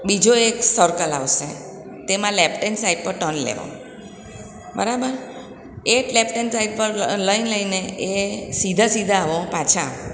બીજો એક સર્કલ આવશે તેમાં લેફ્ટેન્ડ સાઈડ પર ટર્ન લેવાનો બરાબર એ લેફ્ટેન્ડ સાઈડ પર લઈને એ સીધા સીધા આવો પાછા